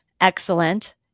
Excellent